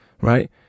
right